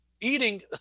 eating